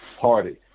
Party